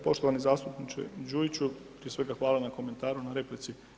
Poštovani zastupniče Đujiću, prije svega hvala na komentaru na replici.